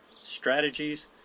strategies